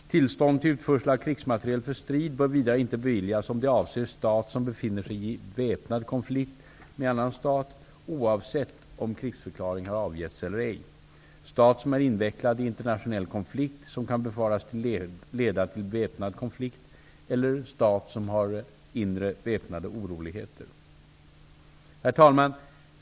Tillstånd till utförsel av krigsmateriel för strid bör vidare inte beviljas om det avser stat som befinner sig i väpnad konflikt med annan stat, oavsett om krigsförklaring har avgetts eller ej, stat som är invecklad i internationell konflikt som kan befaras leda till väpnad konflikt eller stat som har inre väpnade oroligheter. Herr talman!